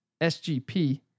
SGP